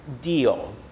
deal